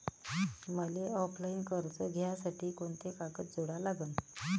मले ऑफलाईन कर्ज घ्यासाठी कोंते कागद जोडा लागन?